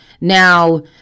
Now